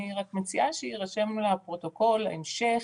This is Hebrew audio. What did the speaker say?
אני רק מציעה שיירשם בפרוטוקול המשך